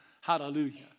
Hallelujah